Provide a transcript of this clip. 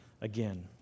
again